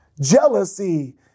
Jealousy